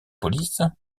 police